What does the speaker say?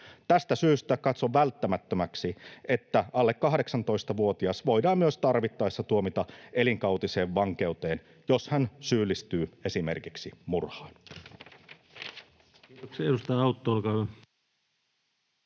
Tästä syystä katson välttämättömäksi, että alle 18-vuotias voidaan myös tarvittaessa tuomita elinkautiseen vankeuteen, jos hän syyllistyy esimerkiksi murhaan. [Speech 168] Speaker: